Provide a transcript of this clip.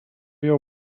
jau